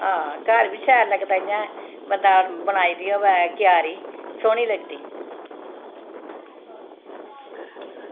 हां घर बी शैल लगदा इ'यां बंदा बनाई दी होवै क्यारी सोह्नी लगदी